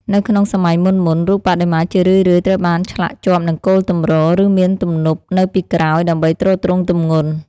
នៅក្នុងសម័យមុនៗ រូបបដិមាជារឿយៗត្រូវបានឆ្លាក់ជាប់នឹងគោលទម្រ ឬមានទំនប់នៅពីក្រោយ ដើម្បីទ្រទ្រង់ទម្ងន់។